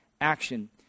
action